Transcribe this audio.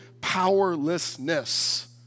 powerlessness